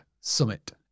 summit